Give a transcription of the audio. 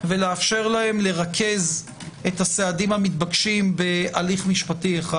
ולאפשר להם לרכז את הסעדים המתבקשים בהליך משפטי אחד.